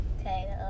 Okay